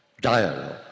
Dialogue